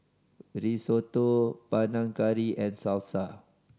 Risotto Panang Curry and Salsa